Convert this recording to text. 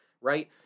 right